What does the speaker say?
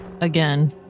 Again